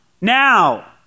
now